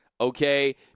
okay